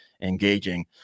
engaging